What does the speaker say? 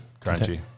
crunchy